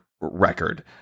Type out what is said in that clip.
record